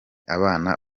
abana